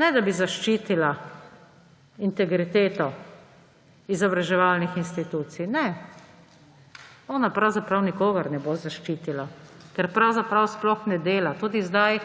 Ne, da bi zaščitila integriteto izobraževalnih institucij. Ne, ona pravzaprav nikogar ne bo zaščitila, ker pravzaprav sploh ne dela. Tudi sedaj